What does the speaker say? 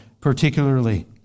particularly